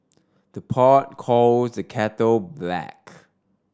the pot call the kettle black